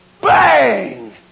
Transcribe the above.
BANG